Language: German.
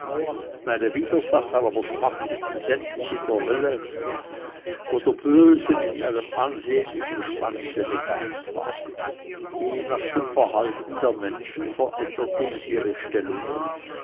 meine widersacher aber schmachteten sämtlich in der hölle wo der böse mit einem ansehnlichen schwanze begabt war je nach dem verhalten der menschen veränderte ich ihre stellungen